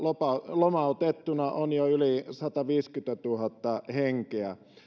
lomautettuna on jo yli sataviisikymmentätuhatta henkeä